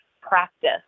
practice